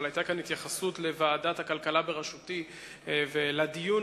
אבל היתה כאן התייחסות לוועדת הכלכלה בראשותי ולדיון